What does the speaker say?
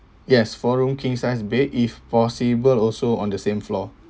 yes four room king sized bed if possible also on the same floor